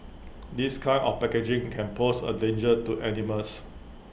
this kind of packaging can pose A danger to animals